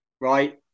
right